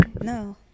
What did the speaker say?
No